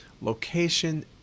location